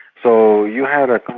so you had a